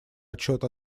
отчет